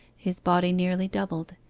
his body nearly doubled,